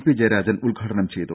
P Jayarajan ഉദ്ഘാടനം ചെയ്തു